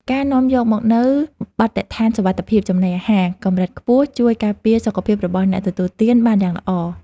ការនាំយកមកនូវបទដ្ឋានសុវត្ថិភាពចំណីអាហារកម្រិតខ្ពស់ជួយការពារសុខភាពរបស់អ្នកទទួលទានបានយ៉ាងល្អ។